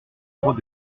droit